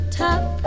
top